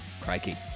Crikey